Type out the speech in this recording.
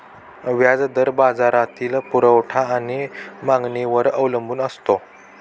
व्याज दर बाजारातील पुरवठा आणि मागणीवर अवलंबून असतो